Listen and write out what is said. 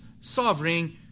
sovereign